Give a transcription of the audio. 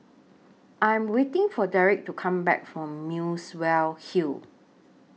I Am waiting For Derik to Come Back from Muswell Hill